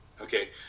Okay